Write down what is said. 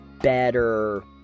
better